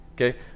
Okay